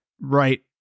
right